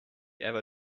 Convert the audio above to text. ever